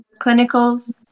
clinicals